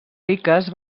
riques